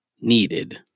needed